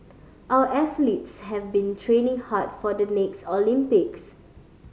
our athletes have been training hard for the next Olympics